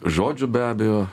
žodžių be abejo